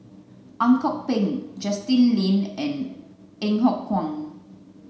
Ang Kok Peng Justin Lean and